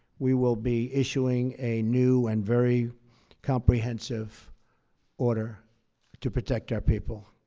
we will be issuing a new and very comprehensive order to protect our people,